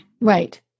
Right